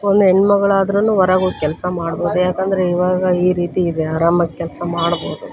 ಒಂದು ಹೆಣ್ಮಗಳಾದರೂನೂ ಹೊರಗೋಗ್ ಕೆಲಸ ಮಾಡ್ಬೋದು ಯಾಕಂದರೆ ಇವಾಗ ಈ ರೀತಿ ಇದೆ ಆರಾಮಾಗಿ ಕೆಲಸ ಮಾಡ್ಬೋದು